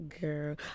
girl